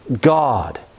God